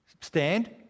stand